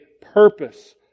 purpose